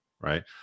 right